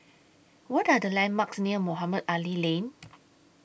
What Are The landmarks near Mohamed Ali Lane